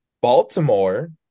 Baltimore